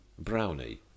Brownie